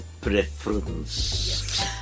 preference